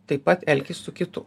taip pat elkis su kitu